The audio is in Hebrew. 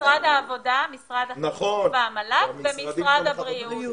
משרד העבודה, משרד החינוך והמל"ג ומשרד הבריאות.